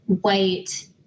white